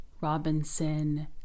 Robinson